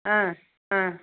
ஆ ஆ